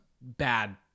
bad